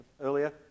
earlier